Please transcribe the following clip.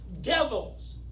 devils